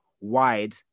wide